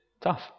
Tough